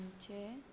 आमचे